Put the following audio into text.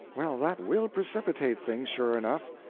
well, that will precipitate things, sure enough!